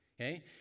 okay